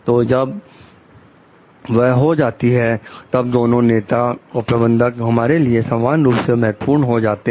तो जब वह हो जाती है तब दोनों नेता और प्रबंधक हमारे लिए समान रूप से महत्वपूर्ण हो जाते हैं